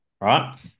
right